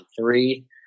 three